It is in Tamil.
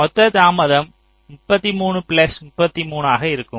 மொத்த தாமதம் 33 பிளஸ் 33 ஆக இருக்கும்